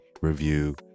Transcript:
review